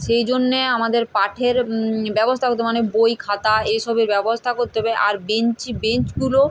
সেই জন্য আমাদের পাঠের ব্যবস্থা করতে হবে মানে বই খাতা এই সবের ব্যবস্থা করতে হবে আর বেঞ্চ বেঞ্চগুলো